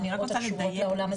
אז